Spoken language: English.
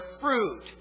fruit